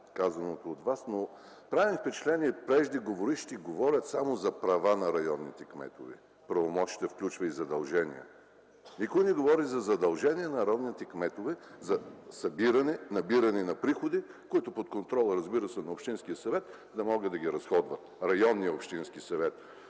казаното от Вас, но ми прави впечатление, че преждеговорившите говорят само за права на районните кметове – правомощията включват и задължения. Никой не говори за задължения на районните кметове за набиране на приходи, които под контрола, разбира се, на районния общински съвет да могат да ги разходват. Така, както